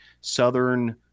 Southern